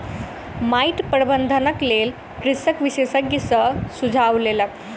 माइट प्रबंधनक लेल कृषक विशेषज्ञ सॅ सुझाव लेलक